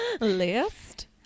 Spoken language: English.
list